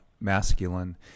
masculine